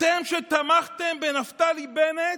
אתם שתמכתם בנפתלי בנט,